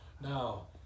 now